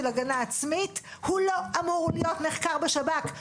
הגנה עצמית הוא לא אמור להיות נחקר בשב"כ,